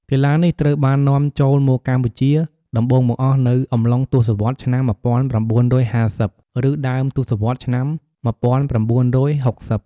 កីឡានេះត្រូវបាននាំចូលមកកម្ពុជាដំបូងបង្អស់នៅ អំឡុងទសវត្សរ៍ឆ្នាំ១៩៥០ ឬដើមទសវត្សរ៍ឆ្នាំ១៩៦០ ។